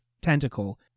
tentacle